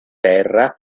terra